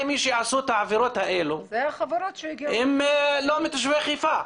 מי שעשו את העבירות האלה הם לא מתושבי חיפה.